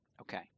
Okay